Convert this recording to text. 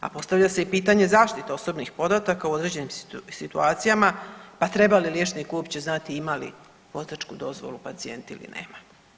A postavlja se i pitanje zaštite osobnih podataka u određenim situacijama pa treba li liječnik uopće znati ima li vozačku dozvolu pacijent ili nema?